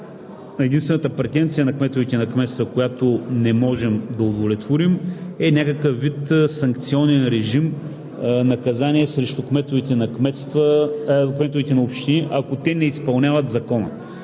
Единствената претенция на кметовете на кметства, която не можем да удовлетворим, е някакъв вид санкционен режим – наказание срещу кметовете на общини, ако те не изпълняват Закона.